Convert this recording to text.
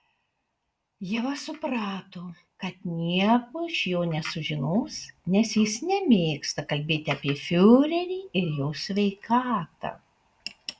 ieva suprato kad nieko iš jo nesužinos nes jis nemėgsta kalbėti apie fiurerį ir jo sveikatą